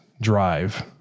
drive